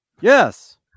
Yes